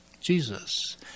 Jesus